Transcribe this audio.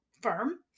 firm